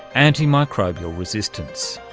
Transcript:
anti-microbial resistance.